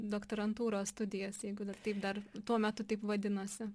doktorantūros studijas jeigu dar taip dar tuo metu taip vadinosi